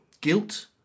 Guilt